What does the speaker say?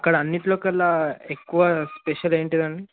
అక్కడ అన్నిటిలో కల్లా ఎక్కువ స్పెషల్ ఏంటిదండి